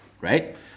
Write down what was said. right